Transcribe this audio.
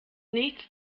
nichts